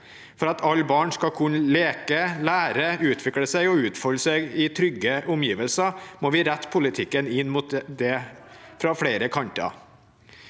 skilnader 1251 skal kunne leke, lære, utvikle seg og utfolde seg i trygge omgivelser, må vi rette politikken inn mot det fra flere kanter.